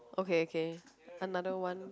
okay okay another one